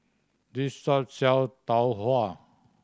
this shop sell Tau Huay